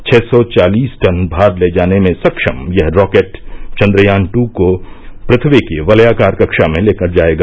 छह सौ चालीस टन भार ले जाने में सक्षम यह रॉकेट चंद्रयान ट् को पृथ्वी की वलयाकार कक्षा में लेकर जाएगा